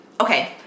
Okay